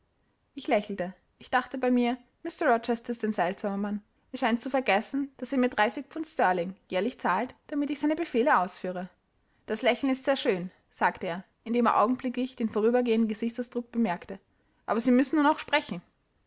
ich lächelte ich dachte bei mir mr rochester ist ein seltsamer mann er scheint zu vergessen daß er mir dreißig pfund sterling jährlich zahlt damit ich seine befehle ausführe das lächeln ist sehr schön sagte er indem er augenblicklich den vorübergehenden gesichtsausdruck bemerkte aber sie müssen nun auch sprechen